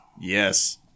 Yes